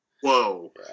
Whoa